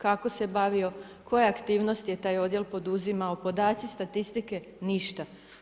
Kako se bavio, koje aktivnosti je taj odjel poduzimao, podaci, statistike, ništa.